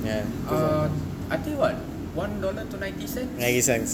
uh I think what one dollar to ninety cents something like that